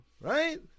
right